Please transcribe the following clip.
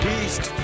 east